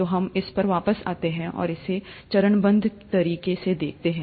तो हम इस पर वापस आते हैं और इसे चरणबद्ध तरीके से देखते हैं